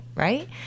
Right